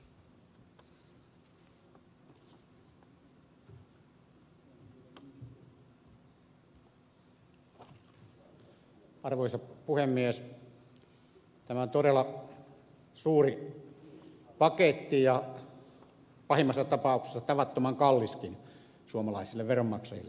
tämä on todella suuri paketti ja pahimmassa tapauksessa tavattoman kalliskin suomalaisille veronmaksajille